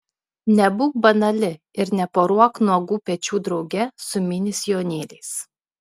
nebūk banali ir neporuok nuogų pečių drauge su mini sijonėliais